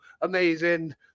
amazing